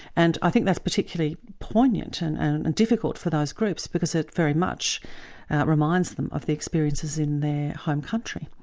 and i think that's particularly poignant and and and difficult for those groups because it very much reminds them of the experiences in their home country.